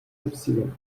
upsilon